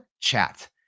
chat